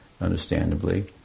understandably